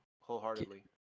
wholeheartedly